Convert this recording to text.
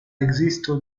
ekzisto